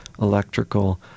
electrical